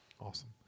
Awesome